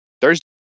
Thursday